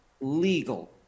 legal